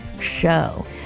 show